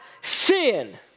sin